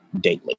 daily